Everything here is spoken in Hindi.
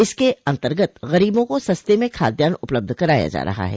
इसके अंतगत गरीबों को सस्ते में खाद्यान्न उपलब्ध कराया जा रहा है